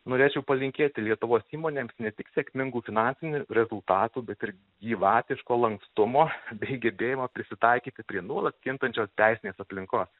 norėčiau palinkėti lietuvos įmonėms ne tik sėkmingų finansinių rezultatų bet ir gyvatiško lankstumo bei gebėjimo prisitaikyti prie nuolat kintančios teisinės aplinkos